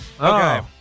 Okay